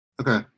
okay